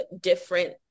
different